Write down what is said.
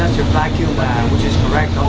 vacuum which is correct